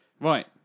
Right